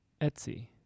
Etsy